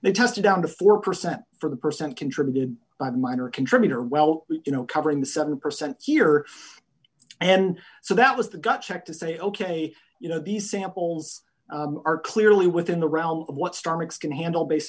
they tested down to four percent for the percent contributed by minor contributor well you know covering the seven percent here and so that was the gut check to say ok you know these samples are clearly within the realm of what starbucks can handle base